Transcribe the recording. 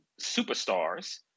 superstars